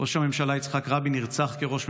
ראש הממשלה יצחק רבין נרצח כראש ממשלה,